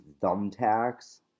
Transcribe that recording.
thumbtacks